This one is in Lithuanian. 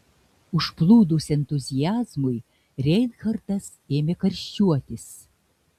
užplūdus entuziazmui reinhartas ėmė karščiuotis